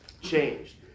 changed